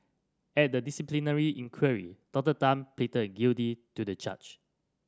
at the disciplinary inquiry Doctor Tan pleaded guilty to the charge